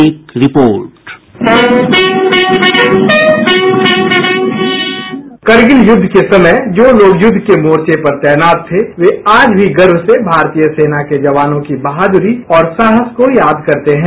एक report bite Kargil युद्ध के समय जो लोग युद्ध के मोर्चे पर तैनात थे वे आज भी गर्व से भारतीय सेना के जवानों की बहादुरी और साहस को याद करते हैं